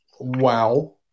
Wow